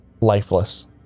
Lifeless